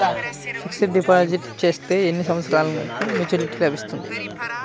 Fixed deposit చేస్తే ఎన్ని సంవత్సరంకు మెచూరిటీ లభిస్తుంది?